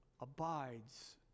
abides